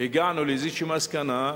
הגענו לאיזו מסקנה,